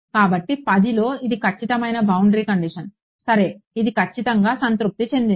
కాబట్టి 1D లో ఇది ఖచ్చితమైన బౌండరీ కండిషన్ సరే ఇది ఖచ్చితంగా సంతృప్తి చెందింది